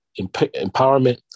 empowerment